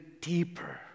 deeper